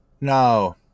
No